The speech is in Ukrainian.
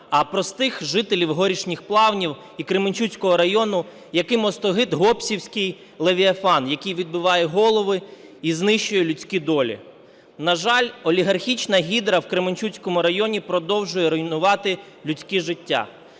а простих жителів Горішніх Плавнів і Кременчуцького району, яким остогид гоббсівський Левіафан, який відбиває голови і знищує людські долі. На жаль, олігархічна гідра в Кременчуцькому районі продовжує руйнувати людські життя.